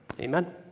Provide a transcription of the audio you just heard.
Amen